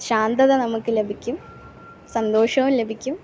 ശാന്തത നമുക്ക് ലഭിക്കും സന്തോഷോം ലഭിക്കും